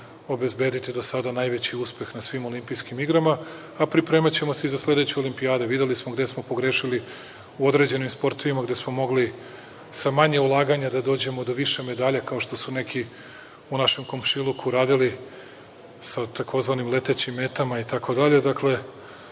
obezbediti do sada najveći uspeh na svim Olimpijskim igrama, a pripremaćemo se i za sledeću Olimpijadu. Videli smo gde smo pogrešili u određenim sportovima, gde smo mogli sa manje ulaganja da dođemo do više medalja, kao što su neki u našem komšiluku uradili sa tzv. letećim metama itd. Tako da,